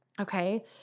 Okay